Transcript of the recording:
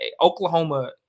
Oklahoma